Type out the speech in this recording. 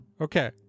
okay